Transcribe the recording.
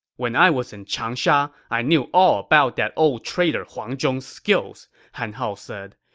when i was in changsha, i knew all about that old traitor huang zhong's skills, han hao said.